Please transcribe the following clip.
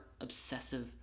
obsessive